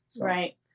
Right